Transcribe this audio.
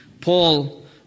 Paul